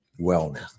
wellness